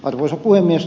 arvoisa puhemies